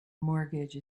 mortgage